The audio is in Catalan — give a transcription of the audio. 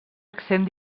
accent